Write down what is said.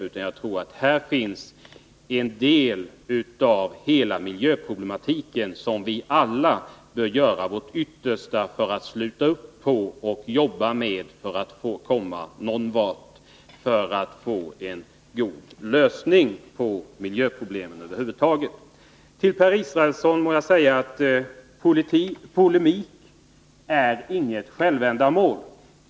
På detta område finns en väsentlig del av hela miljöproblematiken, och vi bör alla göra vårt yttersta för att komma fram till goda lösningar på miljöproblemen över huvud taget. Till Per Israelsson vill jag säga att polemik inte är något självändamål.